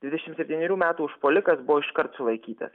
dvidešimt septynerių metų užpuolikas buvo iškart sulaikytas